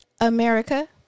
America